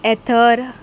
एथर